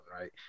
Right